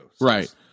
Right